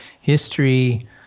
history